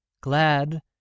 glad